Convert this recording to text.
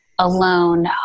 alone